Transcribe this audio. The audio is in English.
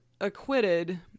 acquitted